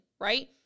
right